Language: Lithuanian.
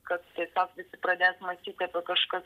kad tiesiog visi pradės mąstyti apie kažkokias